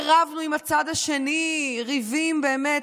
ורבנו עם הצד השני ריבים באמת,